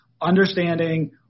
understanding